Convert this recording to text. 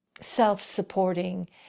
self-supporting